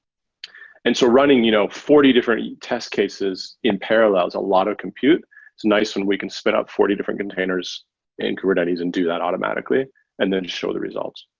and so running you know forty different test cases in parallel is a lot of compute. it's nice when we can spin up forty different containers in kubernetes and do that automatically and then show the results.